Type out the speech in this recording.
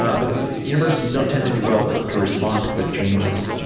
ah but universities don't tend to be well-equipped to respond to quick changes.